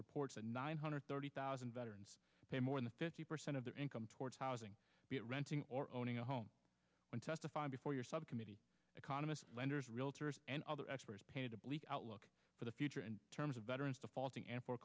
reports that nine hundred thirty thousand veterans pay more than fifty percent of their income towards housing renting or owning a home and testify before your subcommittee economists lenders realtors and other experts painted a bleak outlook for the future and terms of veterans defaulting and for